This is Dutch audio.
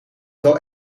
wel